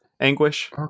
anguish